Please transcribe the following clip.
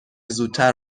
زودتر